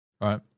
right